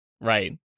Right